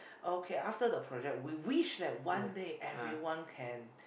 okay after the project we wish that one day everyone can